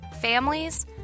families